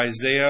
Isaiah